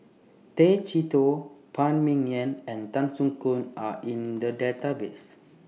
Tay Chee Toh Phan Ming Yen and Tan Soo Khoon Are in The Database